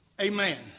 Amen